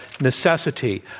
necessity